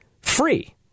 free